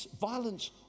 violence